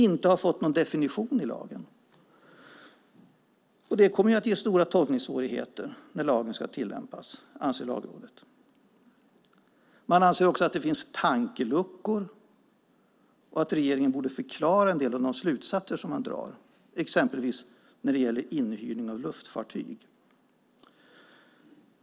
Detta kommer att medföra stora tolkningssvårigheter när lagen ska tillämpas, anser Lagrådet. Man anser också att det finns tankeluckor och att regeringen borde förklara en del av de slutsatser som man drar, exempelvis när det gäller inhyrning av luftfartyg.